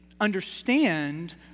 understand